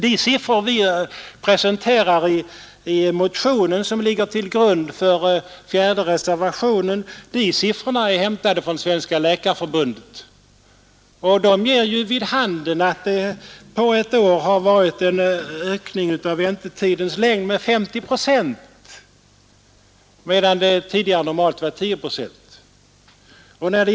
De siffror vi presenterar i den motion som ligger till grund för reservationen 4 är hämtade från Sveriges läkarförbund. Siffrorna ger vid handen att det på ett år har blivit en ökning av väntetiden på landstingssjukhusen med 50 procent medan ökningen tidigare normalt var 10 procent.